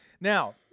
Now